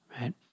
right